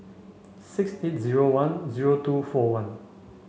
six eight zero one zero two four one